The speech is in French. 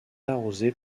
arrosée